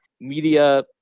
media